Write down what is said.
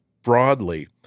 Broadly